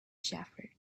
shepherd